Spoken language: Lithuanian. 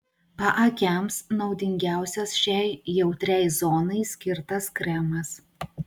paakiams naudingiausias šiai jautriai zonai skirtas kremas